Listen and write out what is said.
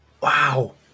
Wow